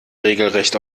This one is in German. regelrecht